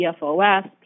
PFOS